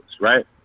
right